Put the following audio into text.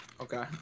Okay